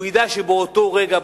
הוא ידע שבאותו רגע,